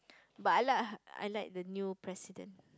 but I like I like the new president